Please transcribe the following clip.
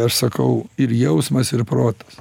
aš sakau ir jausmas ir protas